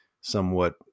somewhat